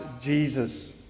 Jesus